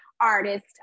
artist